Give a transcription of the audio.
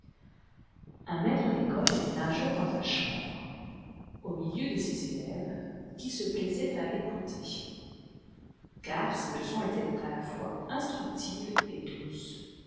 un maître d'école était un jour dans sa chambre au milieu de ses élèves qui se plaisaient à l'écouter car ses leçons étaient à la fois instructives et douces